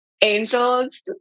angels